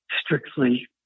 strictly